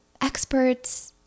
experts